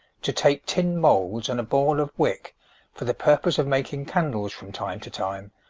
to take tin moulds and a ball of wick for the purpose of making candles, from time to time,